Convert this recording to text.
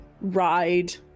ride